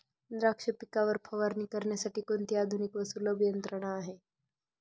द्राक्ष पिकावर फवारणी करण्यासाठी कोणती आधुनिक व सुलभ यंत्रणा आहे?